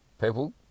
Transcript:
People